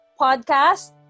podcast